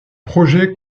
projet